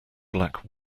black